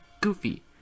Goofy